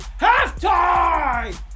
halftime